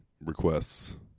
requests